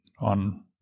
on